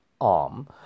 arm